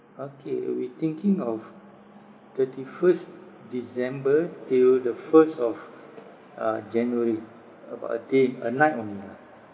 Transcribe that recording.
okay we thinking of thirty first december till the first of uh january about a day a night only lah